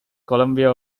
columbia